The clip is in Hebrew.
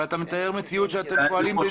אבל אתה מתאר מציאות לפיה אתם פועלים.